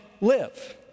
live